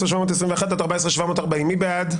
14,721 עד 14,740, מי בעד?